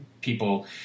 people